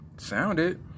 Sounded